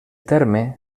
terme